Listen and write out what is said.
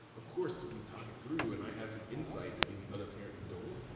of course we talk it through, and i have some insight that maybe other parents don't.